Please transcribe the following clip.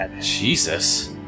Jesus